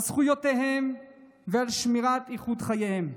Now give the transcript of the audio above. על זכויותיהם ועל שמירת איכות חייהם,